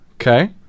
Okay